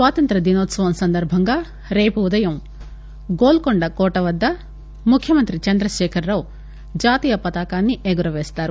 స్వాతంత్ర్య దినోత్సవం సందర్భంగా రేపు ఉదయం గోల్ఫొండ కోట వద్ద ముఖ్యమంత్రి చంద్రశేఖరరావు జాతీయ పతాకాన్పి ఎగురవేస్తారు